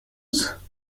use